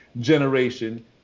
generation